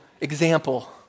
example